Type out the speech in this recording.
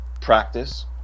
practice